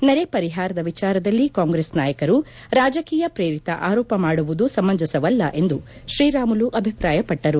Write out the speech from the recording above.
ನೆರೆ ಪರಿಹಾರದ ವಿಚಾರದಲ್ಲಿ ಕಾಂಗ್ರೆಸ್ ನಾಯಕರು ರಾಜಕೀಯ ಶ್ರೇರಿತ ಆರೋಪ ಮಾಡುವುದು ಸಮಂಜಸವಲ್ಲ ಎಂದು ಶ್ರೀರಾಮುಲು ಅಭಿಪ್ರಾಯಪಟ್ಟರು